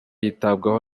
yitabwaho